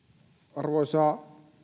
arvoisa